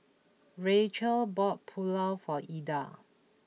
Rachael bought Pulao for Ilda